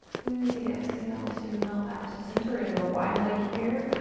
use the exhale to melt back to center, gonna go wide legged here,